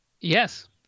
Yes